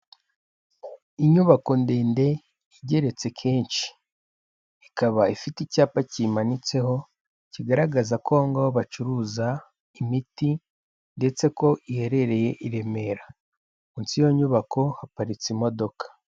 Inyubako ndende igeretse kenshi. Ikaba ifite icyapa kiyimanitseho, kigaragaza ko aho ngaho bacuruza imiti, ndetse ko iherereye i Remera. Munsi y'iyo nyubako haparitse imodoka.